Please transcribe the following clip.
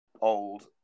old